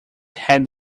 had